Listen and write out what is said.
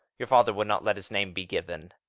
your father would not let his name be given.